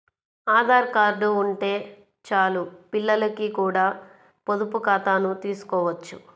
Aadhaar card ఉంటే చాలు పిల్లలకి కూడా పొదుపు ఖాతాను తీసుకోవచ్చు